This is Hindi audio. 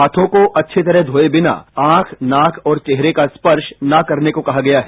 हाथों को अच्छी तरह धोए बिना आंख नाक और चेहरे का स्पर्श न करने को कहा गया है